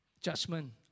judgment